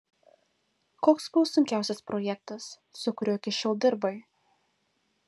koks buvo sunkiausias projektas su kuriuo iki šiol dirbai